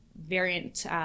variant